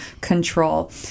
control